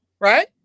right